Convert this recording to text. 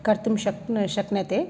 कर्तुं शक्नति शक्नोति